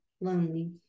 lonely